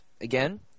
Again